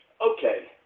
okay